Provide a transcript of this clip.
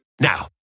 Now